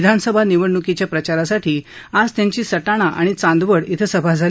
विधानसभा निवडण्कीच्या प्रचारासाठी आज त्यांची सटाणा आणि चांदवड इथं सभा झाली